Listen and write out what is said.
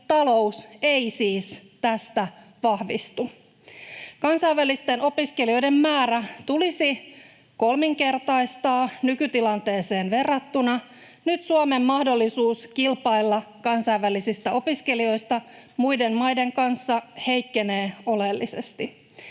talous ei siis tästä vahvistu. Kansainvälisten opiskelijoiden määrä tulisi kolminkertaistaa nykytilanteeseen verrattuna. Nyt Suomen mahdollisuus kilpailla kansainvälisistä opiskelijoista muiden maiden kanssa heikkenee oleellisesti.